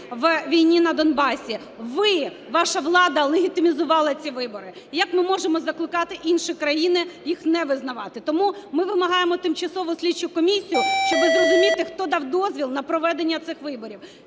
у війні на Донбасі. Ви, ваша влада легітимізувала ці вибори. Як ми можемо закликати інші країни їх не визнавати? Тому ми вимагаємо тимчасову слідчу комісію, щоб зрозуміти, хто дав дозвіл на проведення цих виборів.